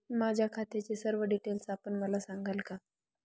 माझ्या खात्याचे सर्व डिटेल्स आपण मला सांगाल का?